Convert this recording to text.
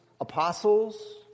apostles